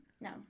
no